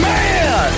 Man